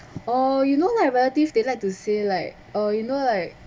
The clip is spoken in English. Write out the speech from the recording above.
or you know like relative they like to say like uh you know like